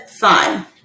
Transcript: fine